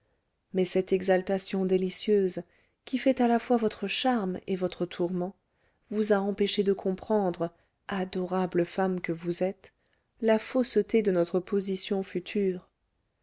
mais cette exaltation délicieuse qui fait à la fois votre charme et votre tourment vous a empêchée de comprendre adorable femme que vous êtes la fausseté de notre position future